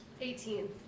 Eighteen